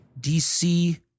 DC